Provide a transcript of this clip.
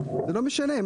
זה לא משנה.